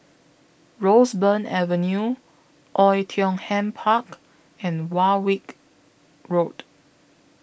Roseburn Avenue Oei Tiong Ham Park and Warwick Road